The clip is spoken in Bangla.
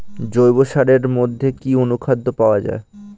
জৈব সারের মধ্যে কি অনুখাদ্য পাওয়া যায়?